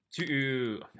two